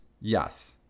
Yes